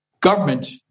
Government